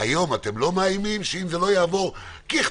היום אתם לא מאיימים שאם זה לא יעבור ככתבו